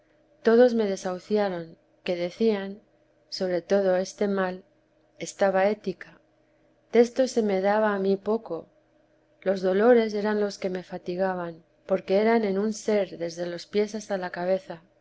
todos me desahuciaron que decían sobre todo este mal estaba ética desto se me daba á mí poco los dolores eran los que me fatigaban porque eran en un ser desde los pies hasta la cabeza